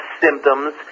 symptoms